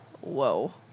Whoa